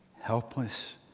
Helpless